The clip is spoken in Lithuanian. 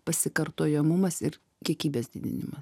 pasikartojamumas ir kiekybės didinimas